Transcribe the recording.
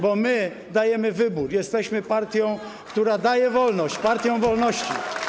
Bo my dajemy wybór, jesteśmy partią, która daje wolność, partią wolności.